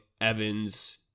Evans